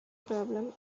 problem